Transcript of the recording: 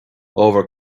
ábhar